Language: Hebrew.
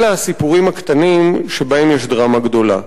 אלה הסיפורים הקטנים שבהם יש דרמה גדולה.